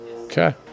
Okay